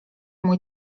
mój